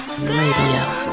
Radio